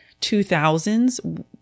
2000s